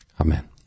Amen